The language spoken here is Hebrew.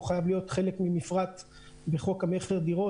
הוא חייב להיות חלק ממפרט בחוק המכר (דירות),